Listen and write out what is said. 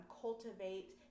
cultivate